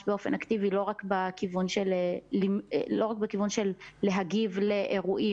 באופן אקטיבי לא רק בכיוון של להגיב לאירועים,